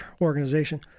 organization